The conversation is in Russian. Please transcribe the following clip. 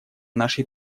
нашей